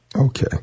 Okay